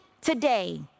today